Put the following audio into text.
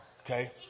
Okay